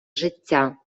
життя